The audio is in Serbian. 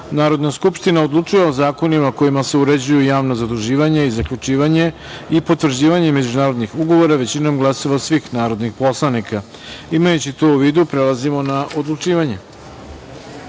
Narodna skupština odlučuje o zakonima kojima se uređuju javna zaduživanja i zaključivanje i potvrđivanje međunarodnih ugovora, većinom glasova svih narodnih poslanika. Imajući to u vidu, prelazimo na odlučivanje. Druga